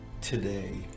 today